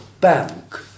bank